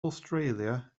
australia